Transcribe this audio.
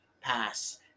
pass